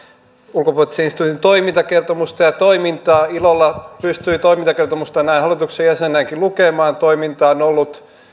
ulkopoliittisen instituutin toimintakertomusta ja toimintaa ilolla pystyi toimintakertomusta näin hallituksen jäsenenäkin lukemaan toiminta on ollut